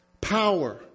power